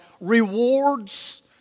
rewards